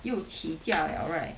又起价 liao right